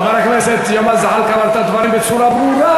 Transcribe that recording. חבר הכנסת ג'מאל זחאלקה אמר את הדברים בצורה ברורה.